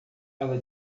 ela